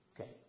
Okay